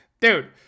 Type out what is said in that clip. dude